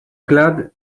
glad